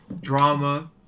drama